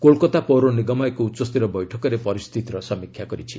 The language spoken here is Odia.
କୋଲକାତା ପୌର ନିଗମ ଏକ ଉଚ୍ଚସ୍ତରୀୟ ବୈଠକରେ ପରିସ୍ଥିତିର ସମୀକ୍ଷା କରିଛି